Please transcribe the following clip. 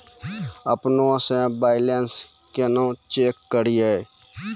अपनों से बैलेंस केना चेक करियै?